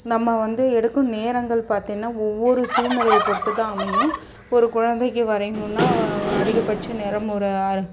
நம்ம வந்து எடுக்கும் நேரங்கள் பார்த்தீங்கன்னா ஒவ்வொரு சூழ்நெலைய பொறுத்து தான் அமையும் ஒரு குழந்தைக்கு வரையணுன்னால் அதிகபட்ச நேரம் ஒரு அரை